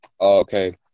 okay